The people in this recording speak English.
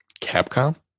Capcom